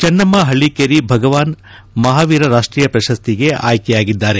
ಚೆನ್ನಮ್ಮ ಹಳ್ಳಕೇರಿ ಭಗವಾನ್ ಮಹಾವೀರ ರಾಷ್ಟೀಯ ಪ್ರಶಸ್ತಿಗೆ ಆಯ್ಕೆಯಾಗಿದ್ದಾರೆ